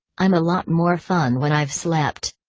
i'm a lot more fun when i've slept.